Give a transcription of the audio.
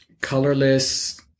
colorless